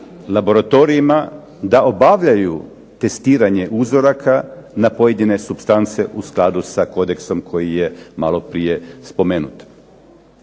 laboratorijima da obavljaju testiranje uzoraka na pojedine supstance u skladu sa kodeksom koji je maloprije spomenut.